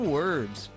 words